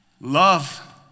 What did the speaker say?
Love